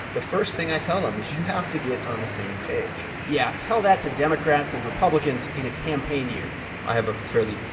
the first thing i tell them is you have to get on the same page yeah, tell that to democrats and republicans in a campaign year i have a fairly,